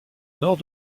nord